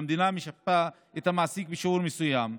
והמדינה משפה את המעסיק בשיעור מסוים.